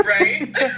right